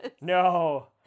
No